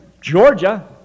Georgia